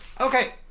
Okay